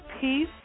Peace